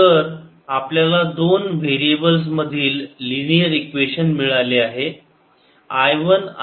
तर आपल्याला दोन व्हेरीयेबल्स मधील लीनियर इक्वेशन मिळाले आहेत I वन आणि I टू